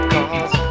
Cause